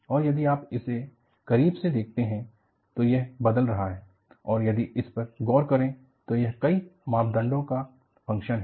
और यदि आप इसे करीब से देखते हैं तो यह बदल रहा है और यदि इस पर गौर करें तो यह कई मापदंडों का फंक्शन है